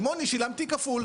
אל תוציא אותי מקו התשובה.